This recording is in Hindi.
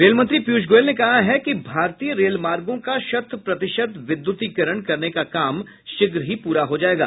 रेलमंत्री पीयूष गोयल ने कहा है कि भारतीय रेलमार्गों का शत प्रतिशत विद्युतीकरण करने का काम शीघ्र ही प्रा हो जाएगा